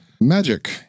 magic